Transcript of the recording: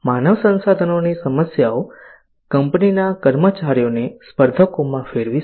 માનવ સંસાધનોની સમસ્યાઓ કંપનીના કર્મચારીઓને સ્પર્ધકોમાં ફેરવી શકે છે